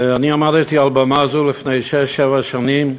אני עמדתי על במה זו לפני שש-שבע שנים,